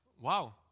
wow